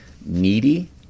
needy